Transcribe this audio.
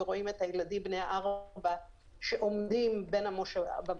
ורואה את הילדים בני הארבע שעומדים בין המושבים.